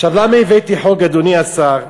למה הבאתי חוק, אדוני השר?